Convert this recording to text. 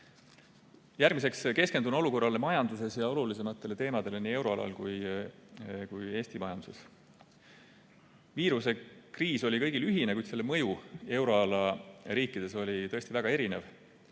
Järgmiseks keskendun olukorrale majanduses ja olulisematele teemadele nii euroalal kui ka Eesti majanduses. Viirusekriis oli kõigil ühine, kuid selle mõju euroala riikides oli tõesti väga erinev.